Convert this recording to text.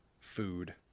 food